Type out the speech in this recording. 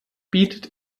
bietet